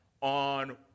on